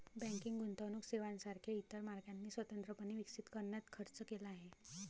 banking गुंतवणूक सेवांसारख्या इतर मार्गांनी स्वतंत्रपणे विकसित करण्यात खर्च केला आहे